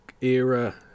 era